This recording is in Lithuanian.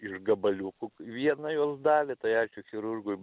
iš gabaliukų vieną jos dalį tai ačiū chirurgui